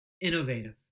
innovative